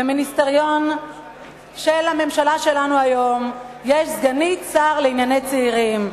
במיניסטריון של הממשלה שלנו היום יש סגנית שר לענייני צעירים.